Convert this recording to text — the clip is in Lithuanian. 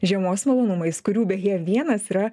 žiemos malonumais kurių beje vienas yra